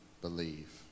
believe